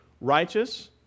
righteous